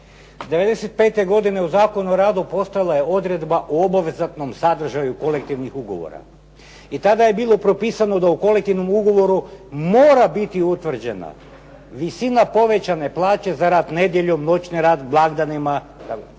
'95. godine u Zakonu o radu postojala je odredba o obvezatnom sadržaju kolektivnih ugovora. I tada je bilo propisano da u kolektivnom ugovoru mora biti utvrđena visina povećane plaće za rad nedjeljom, noćni rad, blagdanima. Sada